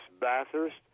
Bathurst